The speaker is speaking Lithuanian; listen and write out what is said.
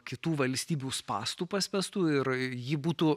kitų valstybių spąstų paspęstų ir ji būtų